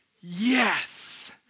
yes